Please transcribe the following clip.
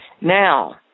Now